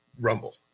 rumble